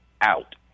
out